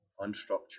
unstructured